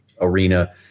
arena